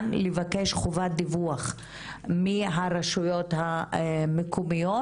לבקש חובת דיווח מהרשויות המקומיות,